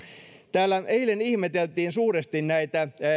täällä eilen ihmeteltiin suuresti näitä